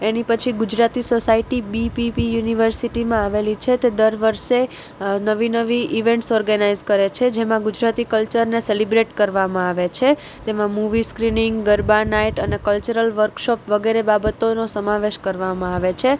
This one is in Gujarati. એની પછી ગુજરાતી સોસાયટી બીપીપી યુનિવર્સિટીમાં આવેલી છે તે દર વર્ષે નવી નવી ઇવેંટ્સ ઓર્ગેનાઇઝ કરે છે જેમાં ગુજરાતી કલ્ચરને સેલિબ્રેટ કરવામાં આવે છે તેમાં મૂવી સ્ક્રિનિંગ ગરબા નાઈટ અને કલ્ચરલ વર્કસોપ વગેરે બાબતોનો સમાવેશ કરવામાં આવે છે